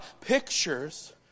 Pictures